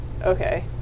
Okay